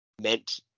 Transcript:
meant